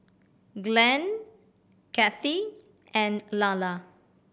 Glenn Kathey and Lalla